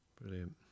Brilliant